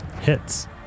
Hits